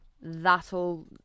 that'll